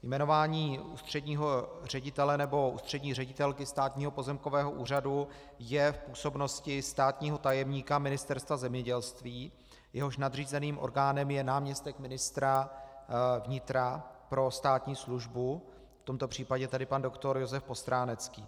Jmenování ústředního ředitele nebo ústřední ředitelky Státního pozemkového úřadu je v působnosti státního tajemníka Ministerstva zemědělství, jehož nadřízeným orgánem je náměstek ministra vnitra pro státní službu, v tomto případě tedy pan doktor Josef Postránecký.